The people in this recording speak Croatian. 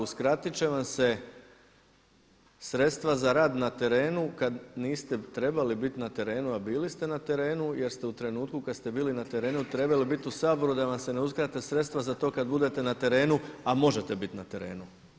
Uskratit će vam se sredstva za rad na terenu kad niste trebali biti na terenu, a bili ste na terenu jer ste u trenutku kad ste bili na terenu trebali biti u Saboru da vam se ne uskrate sredstva za to kad budete na terenu, a možete biti na terenu.